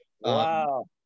Wow